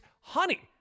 Honey